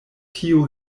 tiu